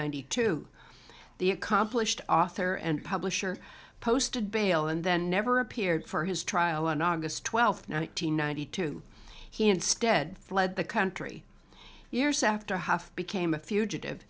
hundred two the accomplished author and publisher posted bail and then never appeared for his trial on august twelfth nine hundred ninety two he instead fled the country years after half became a fugitive